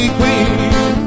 queen